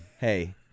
hey